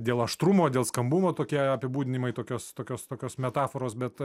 dėl aštrumo dėl skambumo tokie apibūdinimai tokios tokios tokios metaforos bet